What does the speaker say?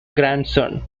grandson